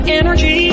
energy